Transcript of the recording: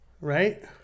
Right